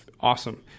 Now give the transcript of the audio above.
Awesome